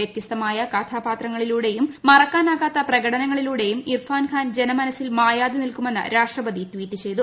വൃത്യസ്തമായ കഥാപാത്രങ്ങളിലൂടെയും മറക്കാനാവാത്ത പ്രകടനങ്ങളിലൂടെയും ഇർഫാൻഖാൻ ജനമനസ്സിൽ മായാതെ നിൽക്കുമെന്ന് രാഷ്ട്രപതി ട്വീറ്റ് ചെയ്തു